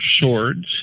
Swords